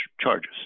charges